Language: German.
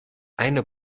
eine